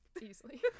Easily